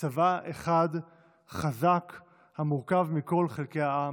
צבא אחד חזק המורכב מכל חלקי העם,